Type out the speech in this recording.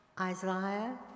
Isaiah